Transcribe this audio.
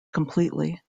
completely